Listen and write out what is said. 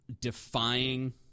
defying